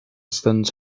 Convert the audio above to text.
students